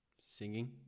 Singing